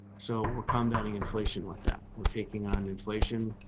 so we're combating inflation with that we're taking on inflation,